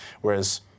whereas